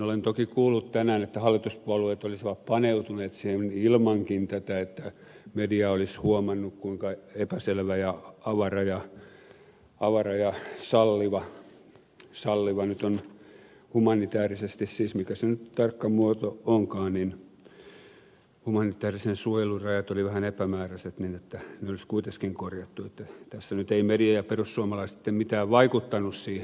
olen toki kuullut tänään että hallituspuolueet olisivat paneutuneet siihen ilmankin tätä että media olisi huomannut kuinka epäselvä ja avara ja salliva esitys oli salliva nyt humanitaarisesti siis mikä se tarkka muoto nyt onkaan humanitaarisen suojelun rajat olivat vähän epämääräiset niin että ne olisi kuitenkin korjattu että tässä nyt eivät media ja perussuomalaiset sitten mitään vaikuttaneet siihen asiaan